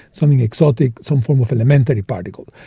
something exotic, some form of elementary particle.